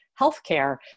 healthcare